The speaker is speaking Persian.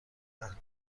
فرهنگت